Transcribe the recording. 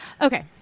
Okay